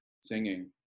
singing